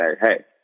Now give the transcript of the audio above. hey